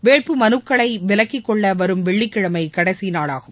வேட்புமனுக்களை விலக்கிக்கொள்ள வரும் வெள்ளிக்கிழமை கடைசி நாளாகும்